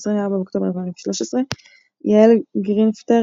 24 באוקטובר 2013 יעל גרינפטר,